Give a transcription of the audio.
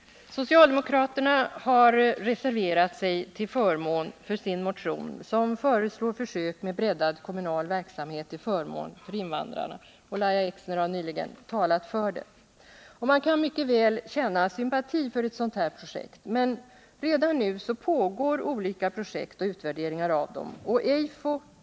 Socialdemokraterna har reserverat sig till förmån för sin motion som Nr 127 föreslår försök med breddad kommunal verksamhet till förmån för Onsdagen den invandrarna. Lahja Exner har nyss talat för den. Man kan mycket väl känna 23 april 1980 sympati för ett sådant här projekt, men redan nu pågår olika projekt och utvärderingar av dem.